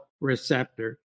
receptor